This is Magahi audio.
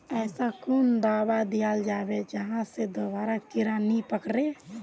ऐसा कुन दाबा दियाल जाबे जहा से दोबारा कीड़ा नी पकड़े?